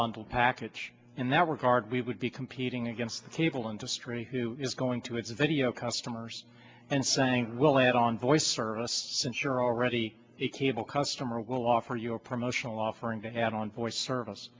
bundle package in that regard it would be competing against the cable industry who is going to have video customers and saying we'll add on voice service since you're already a cable customer will offer you a promotional offering to have on voice service